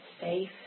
safe